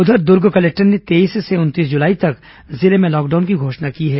उधर दुर्ग कलेक्टर ने तेईस से उनतीस जुलाई तक जिले में लॉकडाउन की घोषणा की है